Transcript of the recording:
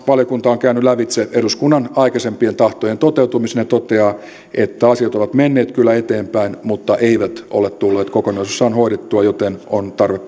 valiokunta on käynyt lävitse eduskunnan aikaisempien tahtojen toteutumisen ja toteaa että asiat ovat menneet kyllä eteenpäin mutta eivät ole tulleet kokonaisuudessaan hoidettua joten on tarve